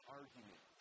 argument